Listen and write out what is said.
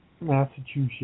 Massachusetts